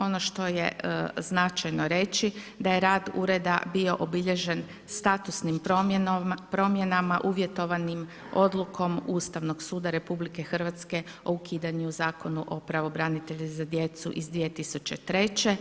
Ono što je značajno reći da je rad ureda bio obilježen statusnim promjenama uvjetovanim odlukom Ustavnog suda RH o ukidanju Zakona o pravobranitelja za djecu iz 2003.